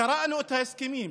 קראנו את ההסכמים,